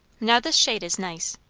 now this shade is nice.